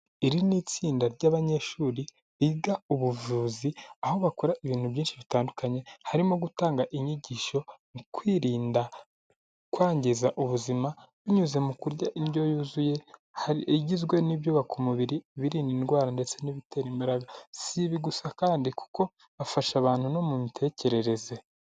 Iri ni itsinda ry'abanyeshuri biga ubuvuzi aho bakora ibintu byinshi bitandukanye harimo gutanga inyigisho mu kwirinda kwangiza ubuzima binyuze mu kurya indyo yuzuye igizwe n'ibyubaka umubiri, birinda indwara, ndetse n'ibitera imbaraga. Si ibi gusa kandi kuko bafasha abantu no mu mitekerereze.